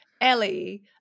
Ellie